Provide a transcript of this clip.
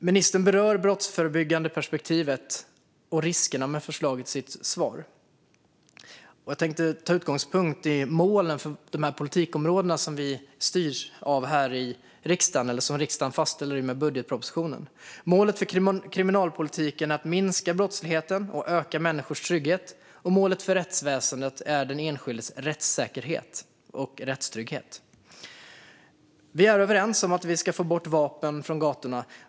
Ministern berörde det brottsförebyggande perspektivet och riskerna med förslaget i sitt svar. Som utgångspunkt tänkte jag ta de mål för politikområden som riksdagen fastställer i och med budgetpropositionen. Målet för kriminalpolitiken är att minska brottsligheten och öka människors trygghet. Målet för rättsväsendet är den enskildes rättssäkerhet och rättstrygghet. Vi är överens om att vi ska få bort vapnen från gatorna.